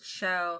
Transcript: show